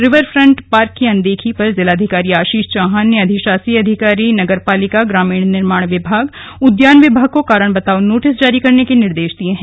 river front park की अनदेखी पर जिलाधिकारी आशीष चौहान ने अधिशासी अधिकारी नगर पालिका ग्रामीण निर्माण विभाग उद्यान विभाग को कारण बताओ नोटिस जारी करने के निर्देश दिये हैं